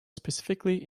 specifically